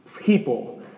people